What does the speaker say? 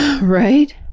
Right